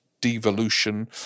devolution